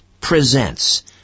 Presents